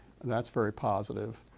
that's very positive.